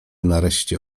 nareszcie